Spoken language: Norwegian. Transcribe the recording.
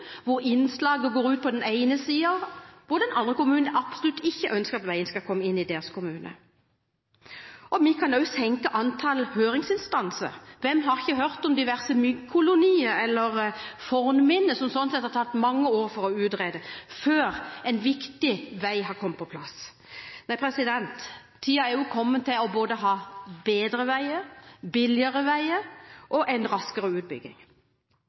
hvor innslaget går ut på den ene siden og den andre kommunen absolutt ikke ønsker at veien skal komme inn i deres kommune. Vi kan også senke antallet høringsinstanser. Hvem har ikke hørt om diverse myggkolonier eller fornminner som det har tatt mange år å utrede før en viktig vei har kommet på plass. Tiden er kommet til å få bedre og billigere veier og enda raskere utbygging.